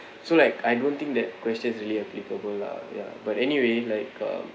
so like I don't think that question really applicable lah ya but anyway like um